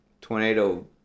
tornado